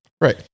Right